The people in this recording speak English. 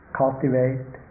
cultivate